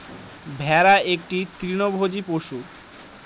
ভেড়া একটি তৃণভোজী পশু